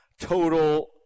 Total